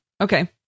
Okay